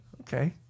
Okay